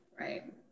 Right